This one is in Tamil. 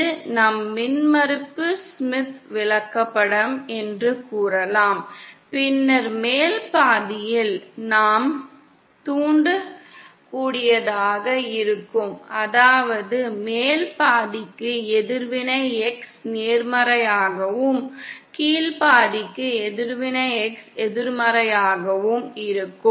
இது நம் மின்மறுப்பு ஸ்மித் விளக்கப்படம் என்று கூறலாம் பின்னர் மேல் பாதியில் நாம் தூண்டக்கூடியதாக இருக்கும் அதாவது மேல் பாதிக்கு எதிர்வினை X நேர்மறையாகவும் கீழ் பாதிக்கு எதிர்வினை X எதிர்மறையாகவும் இருக்கும்